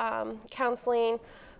health counseling